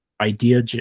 idea